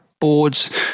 boards